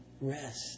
rest